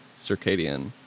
circadian